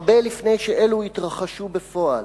הרבה לפני שאלו התרחשו בפועל,